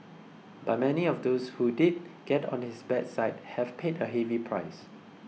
but many of those who did get on his bad side have paid a heavy price